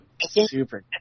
Super